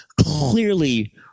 clearly